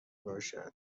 باشد